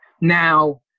Now